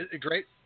great